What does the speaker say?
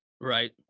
Right